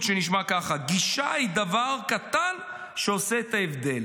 שנשמע ככה: גישה היא דבר קטן שעושה את ההבדל.